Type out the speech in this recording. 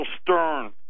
stern